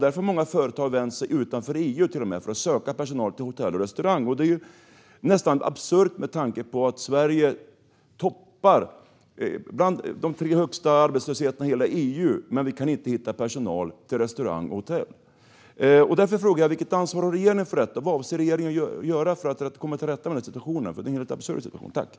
Därför har många företag till och med vänt sig utanför EU för att söka personal till hotell och restauranger. Det är nästan absurt att vi inte kan hitta personal till restauranger och hotell, med tanke på att Sveriges arbetslöshet är bland de tre högsta i hela EU. Vilket ansvar har regeringen för detta? Vad avser regeringen att göra för att komma till rätta med den helt absurda situationen?